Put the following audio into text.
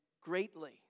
greatly